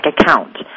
account